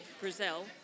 Brazil